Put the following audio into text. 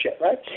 right